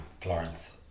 Florence